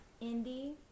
Indy